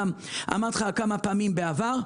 אמרתי לך כמה פעמים בעבר,